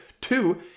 Two